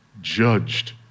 judged